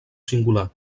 singular